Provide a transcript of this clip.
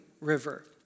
river